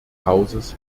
hauses